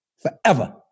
forever